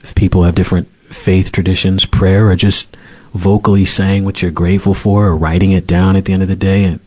people have different faith traditions. prayers or just vocally saying what you're grateful for or writing it down at the end of the day. and